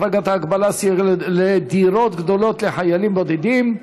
החרגת ההגבלה סייג לדירות גדולות לחיילים בודדים),